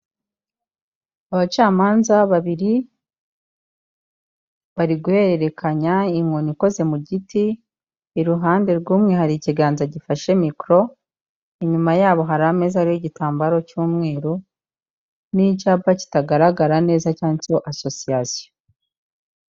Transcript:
Abacamanza babiri, bari guhererekanya inkoni ikoze mu giti, iruhande rw'umwe hari ikiganza gifashe mikoro, inyuma yabo hari ameza ariho igitambaro cy'umweru n'icyapa kitagaragara neza cyanditseho asosiyasiyo.